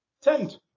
tent